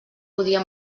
podia